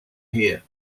here